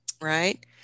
right